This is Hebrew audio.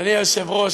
אדוני היושב-ראש,